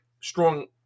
strong